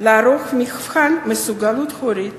לערוך מבחן מסוגלות הורית